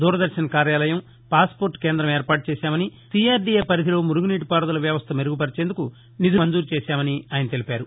దూరదర్శన్ కార్యాలయం passport కేంద్రం ఏర్పాటు చేశామని సిఆర్డిఏ పరిధిలో మురుగునీటి పారుదల వ్యవస్ల మెరుగుపరచేందుకు నిధులు మంజూరు చేశామని ఆయన తెలిపారు